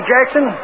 Jackson